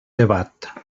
debat